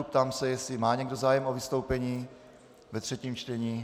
Ptám se, jestli má někdo zájem o vystoupení ve třetím čtení.